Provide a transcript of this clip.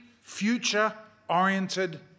future-oriented